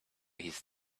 his